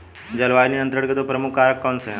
जलवायु नियंत्रण के दो प्रमुख कारक कौन से हैं?